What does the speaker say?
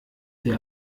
die